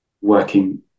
working